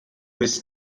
his